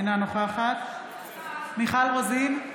אינה נוכחת מיכל רוזין,